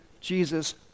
Jesus